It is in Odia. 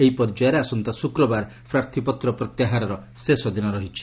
ଏହି ପର୍ଯ୍ୟାୟରେ ଆସନ୍ତା ଶୁକ୍ରବାର ପ୍ରାର୍ଥୀପତ୍ର ପ୍ରତ୍ୟାହାରର ଶେଷ ଦିନ ରହିଛି